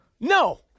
No